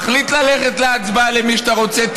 מחליט ללכת להצבעה למי שאתה רוצה,